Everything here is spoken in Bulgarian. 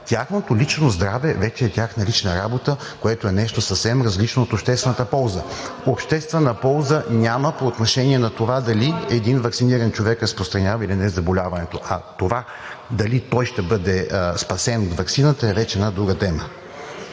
Тяхното лично здраве вече е тяхна лична работа, което е нещо съвсем различно от обществената полза. (Реплики от ГЕРБ-СДС.) Обществена полза няма по отношение на това дали един ваксиниран човек разпространява или не заболяването, а това дали той ще бъде спасен от ваксината, е вече една друга тема.